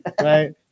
Right